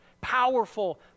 Powerful